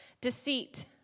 Deceit